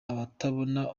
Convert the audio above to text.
abatabona